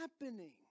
happening